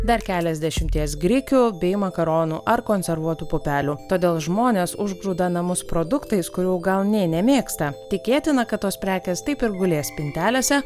dar keliasdešimties grikių bei makaronų ar konservuotų pupelių todėl žmonės užgrūda namus produktais kurių gal nė nemėgsta tikėtina kad tos prekės taip ir gulės spintelėse